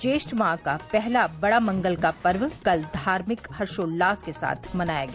ज्येष्ठ माह का पहला बड़ा मंगल का पर्व कल धार्मिक हर्षोल्लास के साथ मनाया गया